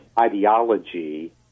ideology